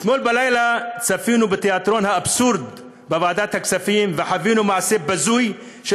אתמול בלילה צפינו בתיאטרון האבסורד בוועדת הכספים וחווינו מעשה בזוי של